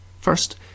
First